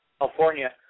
california